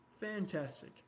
Fantastic